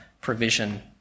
provision